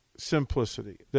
Simplicity